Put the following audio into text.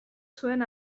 zuen